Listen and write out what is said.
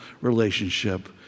relationship